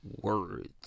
words